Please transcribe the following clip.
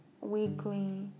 weekly